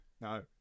No